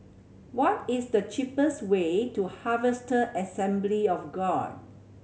what is the cheapest way to Harvester Assembly of God